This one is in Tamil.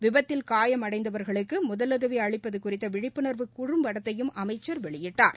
விபத்தில் காயம் அடைந்தவர்களுக்கு முதலுதவி அளிப்பது குறித்த விழிப்புணர்வு குறும்படத்தையும் அமைச்சர் வெளியிட்டார்